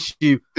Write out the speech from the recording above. issue